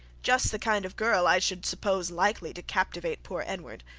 just the kind of girl i should suppose likely to captivate poor edward.